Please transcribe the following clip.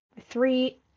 three